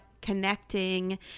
connecting